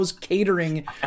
catering